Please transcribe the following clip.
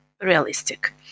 realistic